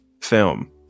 film